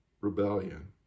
rebellion